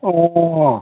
অ